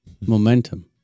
Momentum